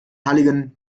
halligen